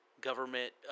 Government